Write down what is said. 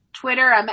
Twitter